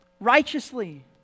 righteously